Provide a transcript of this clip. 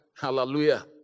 Hallelujah